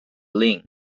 link